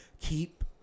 Keep